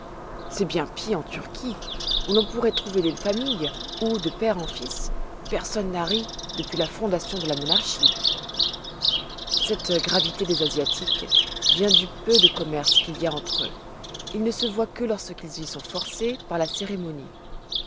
c'est bien pis en turquie où l'on pourroit trouver des familles où de père en fils personne n'a ri depuis la fondation de la monarchie cette gravité des asiatiques vient du peu de commerce qu'il y a entre eux ils ne se voient que lorsqu'ils y sont forcés par la cérémonie